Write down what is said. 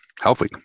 healthy